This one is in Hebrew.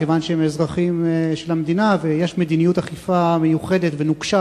כיוון שהם אזרחים של המדינה ויש מדיניות אכיפה מיוחדת ונוקשה